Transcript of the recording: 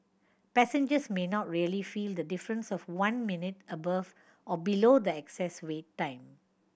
passengers may not really feel the difference of one minute above or below the excess wait time